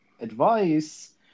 advice